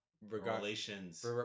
Relations